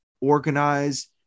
organize